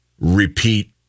repeat